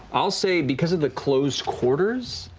i'll say because of the closed quarters,